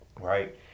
right